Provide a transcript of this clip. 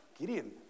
Gideon